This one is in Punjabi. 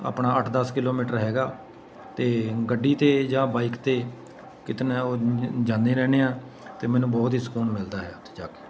ਆਪਣਾ ਅੱਠ ਦਸ ਕਿਲੋਮੀਟਰ ਹੈਗਾ ਅਤੇ ਗੱਡੀ 'ਤੇ ਜਾਂ ਬਾਈਕ 'ਤੇ ਕਿਤਨਾ ਉਹ ਜਾਂਦੇ ਰਹਿੰਦੇ ਹਾਂ ਅਤੇ ਮੈਨੂੰ ਬਹੁਤ ਹੀ ਸਕੂਨ ਮਿਲਦਾ ਹੈ ਉੱਥੇ ਜਾ ਕੇ